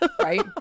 Right